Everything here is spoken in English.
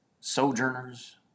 sojourners